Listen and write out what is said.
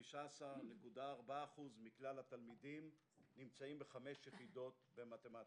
ו-15.4% מכלל התלמידים נמצאים ב-5 יחידות במתמטיקה.